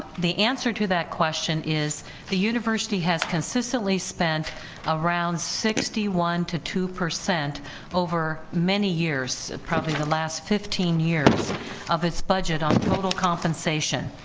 the answer to that question is the university has consistently spent around sixty one to two percent over many years, probably the last fifteen years of its budget, on total compensation,